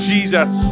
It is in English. Jesus